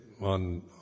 on